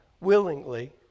willingly